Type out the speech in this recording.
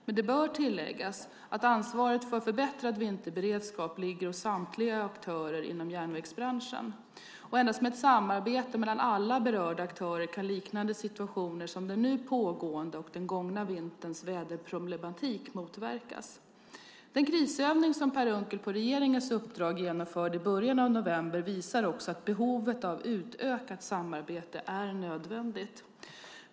Men det bör tilläggas att ansvaret för förbättrad vinterberedskap ligger hos samtliga aktörer inom järnvägsbranschen. Endast med ett samarbete mellan alla berörda aktörer kan liknande situationer som den nu pågående och den gångna vinterns väderproblematik motverkas. Den krisövning som Per Unckel på regeringens uppdrag genomförde i början av november visar också att behovet av utökat samarbete är nödvändigt.